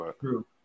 True